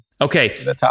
Okay